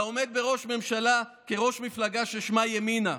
אתה עומד בראש ממשלה כראש מפלגה ששמה ימינה.